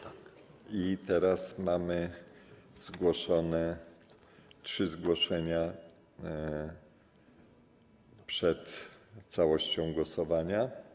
Teraz mamy zgłoszone trzy zgłoszenia przed całością głosowania.